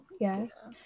yes